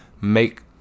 make